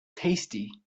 tasty